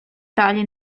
далі